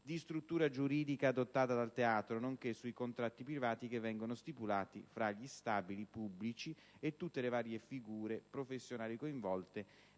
di struttura giuridica adottata dal teatro nonché sui contratti privati che vengono stipulati fra gli stabili pubblici e tutte le varie figure professionali coinvolte